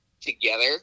together